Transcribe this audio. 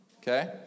okay